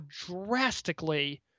drastically